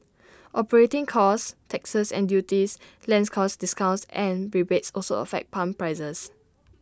operating costs taxes and duties land costs discounts and rebates also affect pump prices